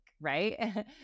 right